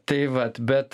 tai vat bet